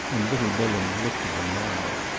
and little bilham looked at him now.